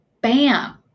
bam